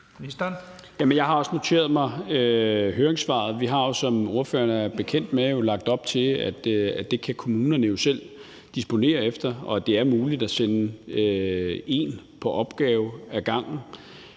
jeg har også noteret mig høringssvaret. Vi har også, som ordføreren er bekendt med, jo lagt op til, at kommunerne selv kan disponere efter det, og at det er muligt at sende en på opgave ad gangen.